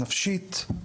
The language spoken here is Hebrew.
נפשית,